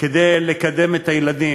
צריך להעניק כדי לקדם את הילדים.